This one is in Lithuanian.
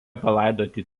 palaidoti